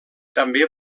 també